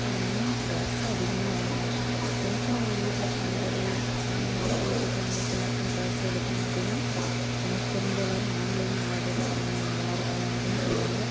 நான் டிரெஸ் அதிகமாக வாங்க மாட்டேன் எப்போயாச்சும் எங்கள் வீட்டில் பண்டிகை குழந்தைங்களுக்கு பெரியவங்களுக்கு எல்லோருக்கும் டிரெஸ் எடுக்கணும் அப்படின்னா எனக்கு தெரிஞ்ச எல்லோரும் ஆன்லைனில் ஆர்டர் பண்ணு நல்லா இருக்கும் அப்படின்னு சொல்வாங்க